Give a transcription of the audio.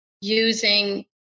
using